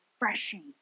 refreshing